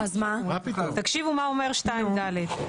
תקשיבו מה אומר 2(ד).